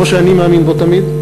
כמו שאני מאמין בו תמיד,